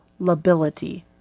lability